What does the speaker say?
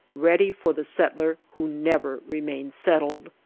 ready for the settler who never remains settled.